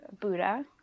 Buddha